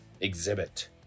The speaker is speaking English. exhibit